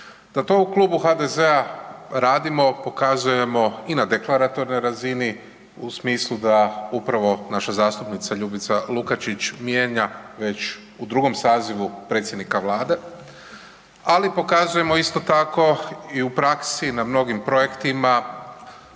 Da to u klubu HDZ-a radimo, pokazujemo i na deklaratornoj razini u smislu da upravo naša zastupnica Ljubica Lukačić mijenja već u drugom sazivu predsjednika Vlade, ali pokazujemo isto tako i u praksi na mnogim projektima,